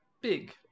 Big